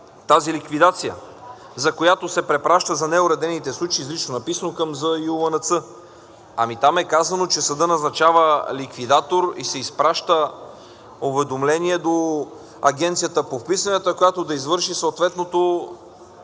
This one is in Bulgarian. тази ликвидация, за която се препраща за неуредените случаи, изрично написано, към ЗЮЛНЦ. Ами там е казано, че съдът назначава ликвидатор и се изпраща уведомление до Агенцията по вписванията, която да извърши съответното